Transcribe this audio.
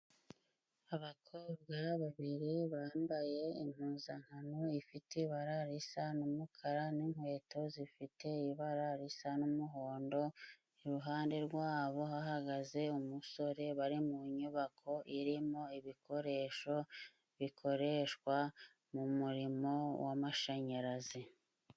Abakobwa babiri bambaye impuzankano ifite ibara risa n'umukara n'inkweto zifite ibara risa n'umuhondo, iruhande rwabo hahagaze umusore, bari mu nyubako irimo ibikoresho bikoreshwa mu murimo w'amashanyarazi.